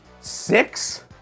Six